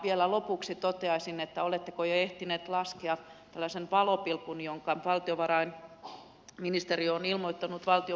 vielä lopuksi kysyisin oletteko jo ehtineet laskea tällaisen valopilkun jonka valtiovarainministeriö on ilmoittanut valtion vuokrausjärjestelmässä